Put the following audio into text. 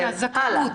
הזכאות,